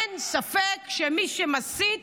אין ספק שמי שמסית,